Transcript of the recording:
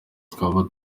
twaba